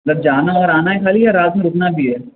بس جانا اور آنا ہے خالی یا رات میں رُکنا بھی ہے